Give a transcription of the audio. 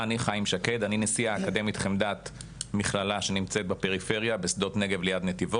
אבל אני קודם אדבר קצת על קרן הפריפריה של חיילים משוחררים.